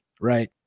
right